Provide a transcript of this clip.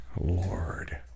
Lord